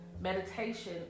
meditation